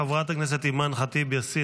חברת הכנסת אימאן ח'טיב יאסין,